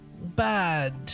bad